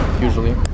usually